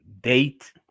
date